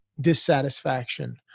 dissatisfaction